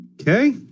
Okay